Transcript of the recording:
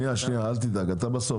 שנייה, אל תדאג, אתה בסוף.